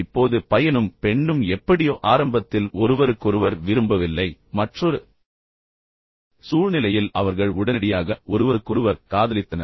இப்போது பையனும் பெண்ணும் எப்படியோ ஆரம்பத்தில் ஒருவருக்கொருவர் விரும்பவில்லை மற்றொரு சூழ்நிலையில் சூழ்நிலையில் அவர்கள் சந்திக்கிறார்கள் பின்னர் அவர்கள் உடனடியாக ஒருவருக்கொருவர் காதலித்தனர்